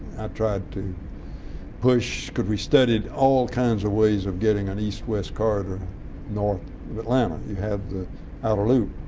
i tried to push because we studied all kinds of ways of getting an east west corridor north of atlanta. you had the outer loop,